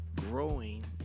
growing